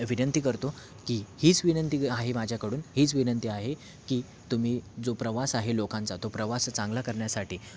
विनंती करतो की हीच विनंती क आहे माझ्याकडून हीच विनंती आहे की तुम्ही जो प्रवास आहे लोकांचा तो प्रवास चांगला करण्यासाठी